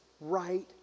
right